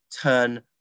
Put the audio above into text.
turn